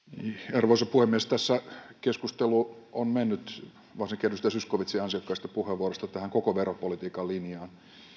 arvoisa puhemies tämä keskustelu on mennyt varsinkin edustaja zyskowiczin ansiokkaista puheenvuoroista tähän koko veropolitiikan linjaan